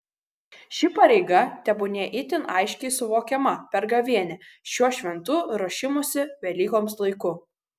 ši pareiga tebūnie itin aiškiai suvokiama per gavėnią šiuo šventu ruošimosi velykoms laiku